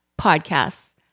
podcasts